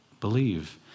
believe